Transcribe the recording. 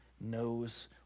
knows